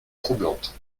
troublante